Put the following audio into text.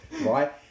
right